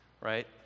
Right